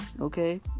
Okay